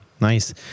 Nice